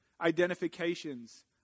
identifications